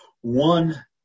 one